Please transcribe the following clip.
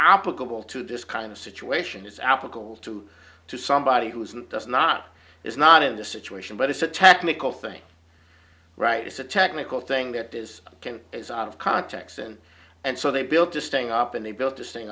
applicable to this kind of situation is applicable to somebody who isn't does not is not in the situation but it's a technical thing right it's a technical thing that is can is out of context and and so they built to staying up and they built this thing